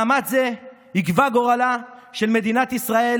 מאמץ זה יקבע גורלה של מדינת ישראל